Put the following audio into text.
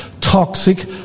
toxic